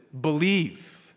believe